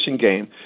game